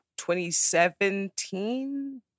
2017